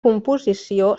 composició